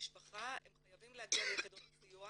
במשפחה הם חייבים להגיע ליחידות הסיוע.